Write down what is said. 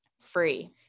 free